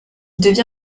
devint